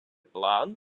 план